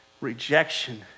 rejection